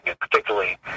particularly